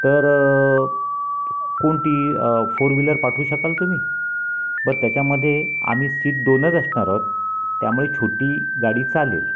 तर कोणती four wheeler पाठवू शकाल तुम्ही बरं त्याच्यामध्ये आम्ही सीट दोनच असणार आहोत त्यामुळे छोटी गाडी चालेल